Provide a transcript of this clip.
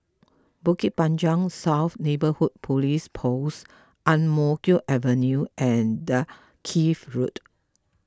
Bukit Panjang South Neighbourhood Police Post Ang Mo Kio Avenue and Dalkeith Road